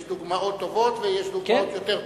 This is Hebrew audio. יש דוגמאות טובות ויש דוגמאות יותר טובות.